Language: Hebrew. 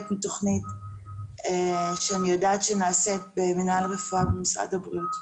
מתוכנית שאני יודעת שנעשית במינהל רפואה במשרד הבריאות.